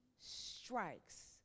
strikes